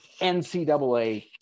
NCAA